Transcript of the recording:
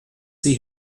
sie